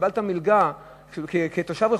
קיבלת מלגה כתושב רחובות,